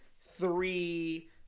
three